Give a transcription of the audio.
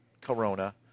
Corona